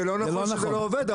זה לא נכון שזה לא עובד,